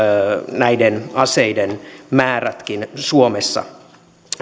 näiden aseiden määrätkin suomessa